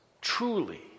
truly